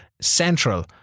central